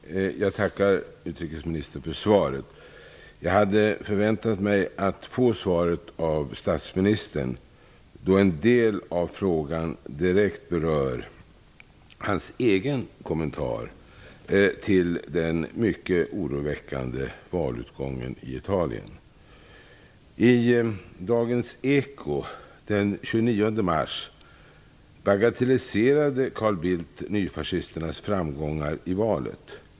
Herr talman! Jag tackar utrikesministern för svaret. Jag hade förväntat mig att få svaret av statsministern, då en del av frågan direkt berör hans egen kommentar till den mycket oroväckande valutgången i Italien. I Dagens Eko den 29 mars bagatelliserade Carl Bildt nyfascisternas framgångar i valet.